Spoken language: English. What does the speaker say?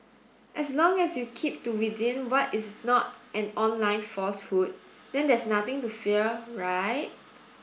as long as you keep to within what is not an online falsehood then there's nothing to fear right